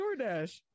DoorDash